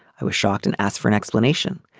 i was shocked and asked for an explanation.